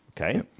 Okay